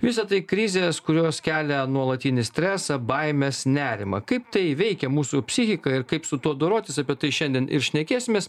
visa tai krizės kurios kelia nuolatinį stresą baimes nerimą kaip tai veikia mūsų psichiką ir kaip su tuo dorotis apie tai šiandien ir šnekėsimės